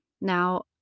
Now